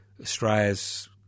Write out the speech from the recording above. Australia's